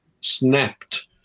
snapped